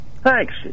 Thanks